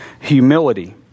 humility